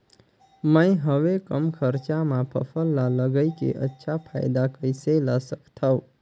मैं हवे कम खरचा मा फसल ला लगई के अच्छा फायदा कइसे ला सकथव?